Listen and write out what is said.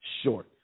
short